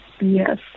Yes